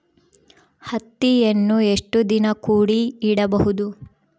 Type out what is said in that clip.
ಹತ್ತಿಯನ್ನು ಎಷ್ಟು ದಿನ ಕೂಡಿ ಇಡಬಹುದು?